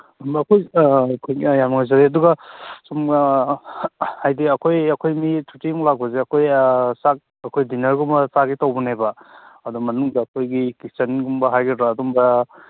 ꯑꯃ ꯑꯩꯈꯣꯏ ꯑꯩꯈꯣꯏ ꯌꯥꯝ ꯅꯨꯡꯉꯥꯏꯖꯔꯦ ꯑꯗꯨꯒ ꯁꯨꯝ ꯍꯥꯏꯗꯤ ꯑꯩꯈꯣꯏ ꯑꯩꯈꯣꯏ ꯃꯤ ꯊꯥꯔꯇꯤꯃꯨꯛ ꯂꯥꯛꯄꯁꯦ ꯑꯩꯈꯣꯏ ꯆꯥꯛ ꯑꯩꯈꯣꯏ ꯗꯤꯟꯅꯔꯒꯨꯝꯕ ꯆꯥꯒꯦ ꯇꯧꯕꯅꯦꯕ ꯑꯗꯨ ꯃꯅꯨꯡꯗ ꯑꯩꯈꯣꯏꯒꯤ ꯀꯤꯠꯆꯟꯒꯨꯝꯕ ꯍꯥꯏꯒꯗ꯭ꯔꯥ ꯑꯗꯨꯝꯕ